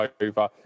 over